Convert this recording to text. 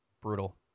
Brutal